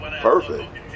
Perfect